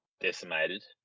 decimated